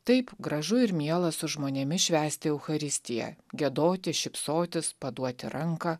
taip gražu ir miela su žmonėmis švęsti eucharistiją giedoti šypsotis paduoti ranką